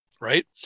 right